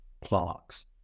plaques